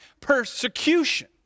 persecution